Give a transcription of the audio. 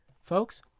Folks